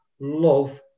love